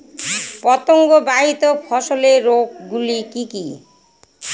পতঙ্গবাহিত ফসলের রোগ গুলি কি কি?